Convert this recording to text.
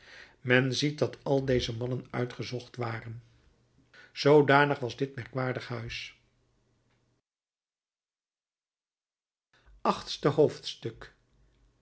men ziet dat al deze mannen uitgezocht waren zoodanig was dit merkwaardig huis achtste hoofdstuk